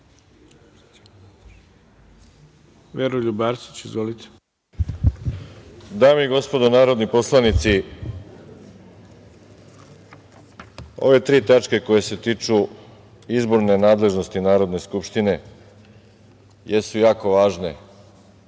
**Veroljub Arsić** Dame i gospodo narodni poslanici, ove tri tačke koje se tiču izborne nadležnosti Narodne skupštine jesu jako važne,